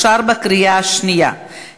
אושרו בקריאה שנייה כנוסח הוועדה.